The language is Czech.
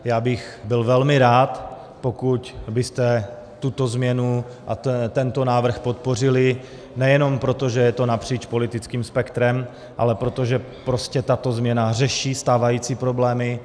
Já bych byl velmi rád, pokud byste tuto změnu a tento návrh podpořili nejenom proto, že je to napříč politickým spektrem, ale protože prostě tato změna řeší stávající problémy.